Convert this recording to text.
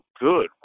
good